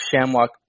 Shamrock